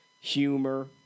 humor